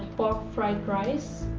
pork fried rice,